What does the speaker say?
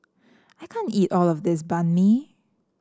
I can't eat all of this Banh Mi